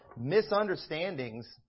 misunderstandings